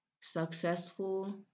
successful